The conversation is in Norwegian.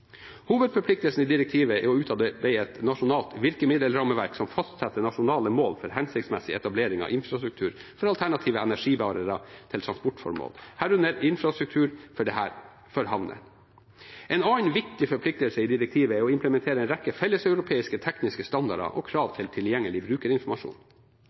Hovedforpliktelsen i direktivet er å utarbeide et nasjonalt virkemiddelrammeverk som fastsetter nasjonale mål for hensiktsmessig etablering av infrastruktur for alternative energibærere til transportformål, herunder infrastruktur for havner. En annen viktig forpliktelse i direktivet er å implementere en rekke felleseuropeiske tekniske standarder og krav til tilgjengelig brukerinformasjon.